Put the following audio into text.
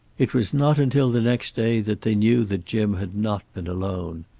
it was not until the next day that they knew that jim had not been alone.